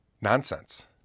nonsense